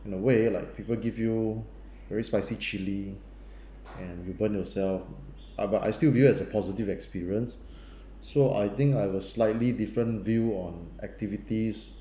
in a way like people give you very spicy chili and you burnt yourself uh but I still view it as a positive experience so I think I've a slightly different view on activities